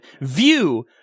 view